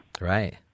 Right